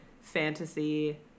fantasy